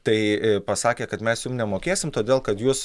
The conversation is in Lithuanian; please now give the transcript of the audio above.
tai pasakė kad mes jum nemokėsim todėl kad jūs